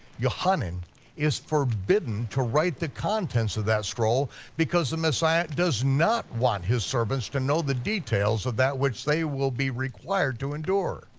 yochanan is forbidden to write the contents of that scroll because the messiah does not want his servants to know the details of that which they will be required to endure.